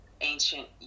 ancient